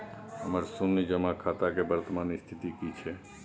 हमर शुन्य जमा खाता के वर्तमान स्थिति की छै?